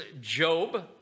Job